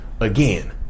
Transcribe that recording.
again